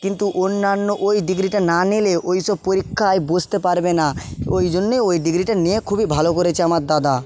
কিন্তু অন্যান্য ওই ডিগ্রিটা না নিলে ওই সব পরীক্ষায় বসতে পারবে না ওই জন্যেই ওই ডিগ্রিটা নিয়ে খুবই ভালো করেছে আমার দাদা